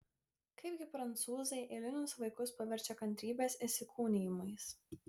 kaipgi prancūzai eilinius vaikus paverčia kantrybės įsikūnijimais